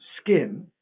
skin